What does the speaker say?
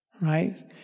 Right